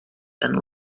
and